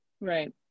right